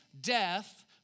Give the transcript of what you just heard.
death